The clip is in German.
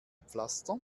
pflaster